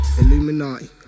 Illuminati